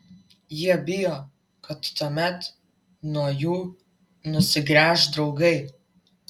jie bijo kad tuomet nuo jų nusigręš draugai